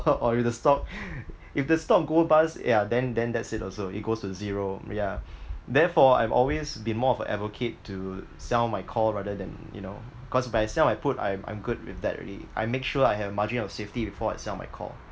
or if the stock if the stock go bust ya then then that's it also equals to zero yeah therefore I've always be more of an advocate to sell my call rather than you know because by sell I put I'm I'm good with that already I make sure I have margin of safety before I sell my call